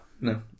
No